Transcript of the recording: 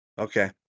Okay